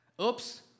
Oops